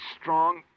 strong